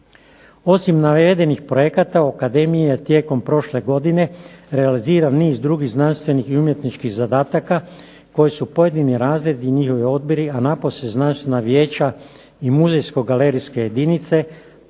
Osim navedenih projekata o akademiji je tijekom prošle godine realiziran niz drugih znanstvenih i umjetničkih zadataka koje su pojedini razredi i njihovi odbori, a napose znanstvena vijeća i muzejsko-galerijske jedinice